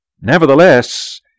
Nevertheless